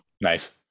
Nice